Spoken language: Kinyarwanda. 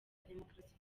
demokarasi